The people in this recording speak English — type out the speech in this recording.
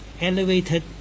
elevated